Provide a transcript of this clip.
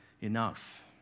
enough